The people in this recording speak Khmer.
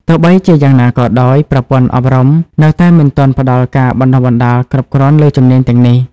ទោះបីជាយ៉ាងណាក៏ដោយ ប្រព័ន្ធអប់រំនៅតែមិនទាន់ផ្តល់ការបណ្តុះបណ្តាលគ្រប់គ្រាន់លើជំនាញទាំងនេះ។